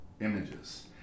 images